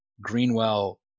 Greenwell